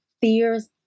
fears